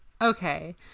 Okay